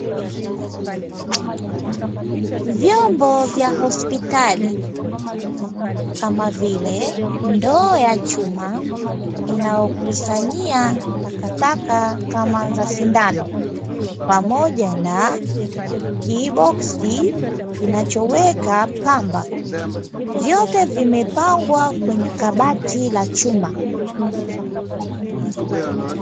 Vyombo vya hospitali, kama vile ndoo ya chuma inayokusanyia takataka kama za sindano, pamoja na kiboksi kinachoweka pamba; vyote vimepangwa kwenye kabati la chuma.